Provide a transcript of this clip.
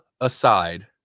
aside